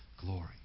glory